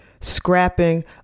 Scrapping